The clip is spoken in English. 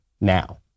now